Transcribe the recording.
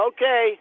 Okay